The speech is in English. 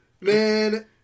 man-